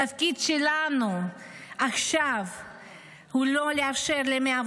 התפקיד שלנו עכשיו הוא לאפשר ל-101